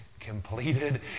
completed